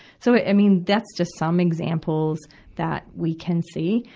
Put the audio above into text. so it, i mean, that's just some examples that we can see.